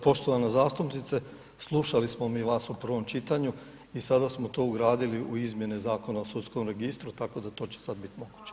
Poštovana zastupnice, slušali smo mi vas u prvom čitanju i sada smo to ugradili u izmjene Zakona o sudskom registru, tako da to će sad biti moguće.